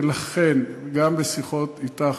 ולכן גם בשיחות אתך,